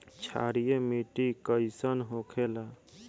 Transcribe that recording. क्षारीय मिट्टी कइसन होखेला?